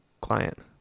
client